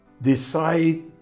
decide